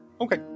Okay